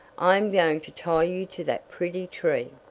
i am going to tie you to that pretty tree.